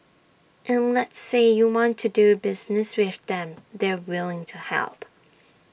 and let's say you want to do business with them they're willing to help